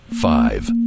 Five